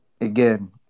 Again